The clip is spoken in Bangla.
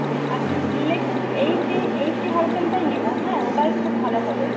হ্যাঁ আর নিলে কিন্তু এইচডি এইচডি ভারশানটাই নেব হ্য়াঁ ওটাই খুব ভালো হবে